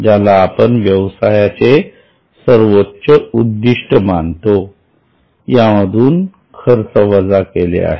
ज्याला आपण व्यवसायाचे सर्वोच्च उद्दिष्ट म्हणतो यामधून खर्च वजा केले आहेत